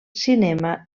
cinema